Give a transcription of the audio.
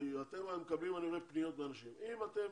אתם מקבלים פניות מאנשים, אם אתם